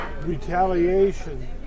retaliation